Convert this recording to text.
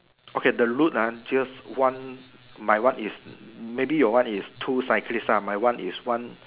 okay the route ah just one my one is maybe your one is two cyclist ah my one is one